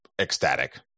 ecstatic